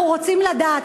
אנחנו רוצים לדעת.